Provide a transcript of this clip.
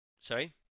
Sorry